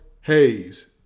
Hayes